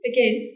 Again